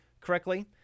correctly